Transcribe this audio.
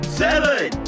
seven